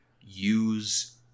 use